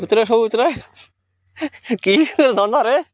ଉତରେ ସବୁ ଉତରେକି ଧନ୍ଦାରେ